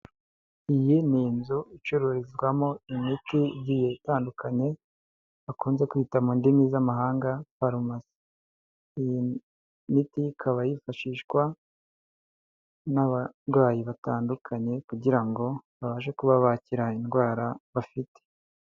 Iyi ni inzu icururizwamo imiti igiye itandukanye bakunze kwita mu ndimi z'amahanga pharmacy, iyi miti ikaba yifashishwa n'abarwayi batandukanye kugira ngo babashe kuba bakira indwara bafite.